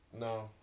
no